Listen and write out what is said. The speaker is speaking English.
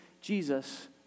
Jesus